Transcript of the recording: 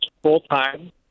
full-time